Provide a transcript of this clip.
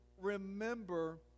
remember